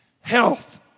Health